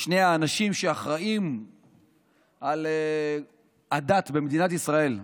שני האנשים שאחראים לדת במדינת ישראל.